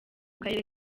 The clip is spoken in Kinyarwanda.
karere